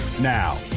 Now